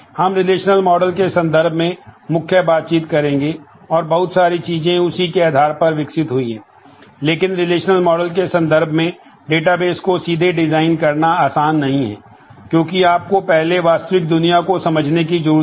हम relational model बनाया जा रहा है